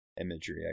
imagery